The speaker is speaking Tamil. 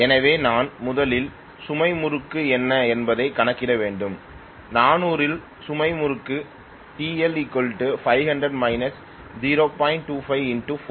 எனவே நான் முதலில் சுமை முறுக்கு என்ன என்பதைக் கணக்கிட வேண்டும் 400 இல் சுமை முறுக்கு TL 500 −0